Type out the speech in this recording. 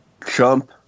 Trump